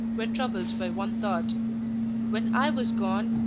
were troubled by one thought when i was gone,